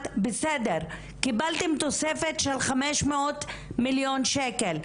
בסדר - קיבלתם תוספת של 500 מיליון שקל.